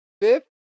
fifth